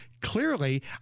Clearly